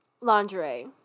lingerie